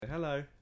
Hello